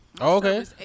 okay